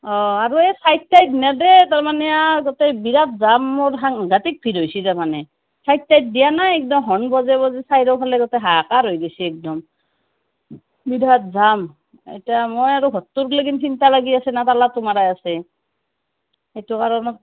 অঁ আৰু এই চাইড টাইড নেদে তাৰ মানে আৰ গোটেই বিৰাট যাম সাংঘাটিক ভিৰ হৈছি তাৰ মানে চাইড টাইড দিয়া নাই একদম হৰ্ণ বজাই বজাই চাইডৰ ফালে একদম হাহাকাৰ হৈ গেছি একদম বিৰাট যাম এতিয়া মই আৰু ঘৰটোক লেগি চিন্তা হৈ আছি না তালাটো মাৰা আছে সেইটো কাৰণত